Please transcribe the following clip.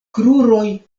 kruroj